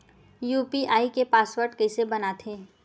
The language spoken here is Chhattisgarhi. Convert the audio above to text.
यू.पी.आई के पासवर्ड कइसे बनाथे?